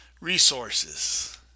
resources